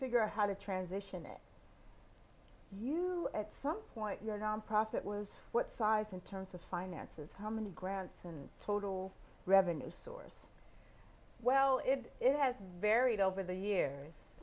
figure out how to transition it you at some point your nonprofit was what size in terms of finances how many grants and total revenue source well if it has varied over the years